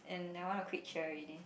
and I wanna quit cheer already